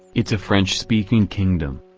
it's a french speaking kingdom.